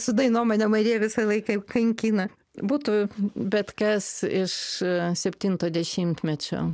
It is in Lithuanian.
su dainom mane marija visą laiką kankina būtų bet kas iš septinto dešimtmečio